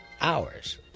Hours